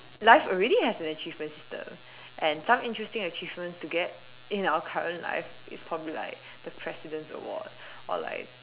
life already has an achievement system and some interesting achievements to get in our current life is probably like the president's Award or like